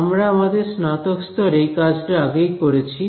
আমরা আমাদের স্নাতক স্তরে এই কাজটা আগেই করেছি